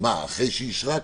גם אחרי שאישרה,